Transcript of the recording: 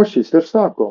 o šis ir sako